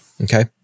Okay